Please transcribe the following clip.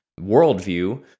worldview